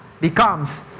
becomes